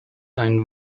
einen